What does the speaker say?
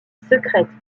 secrète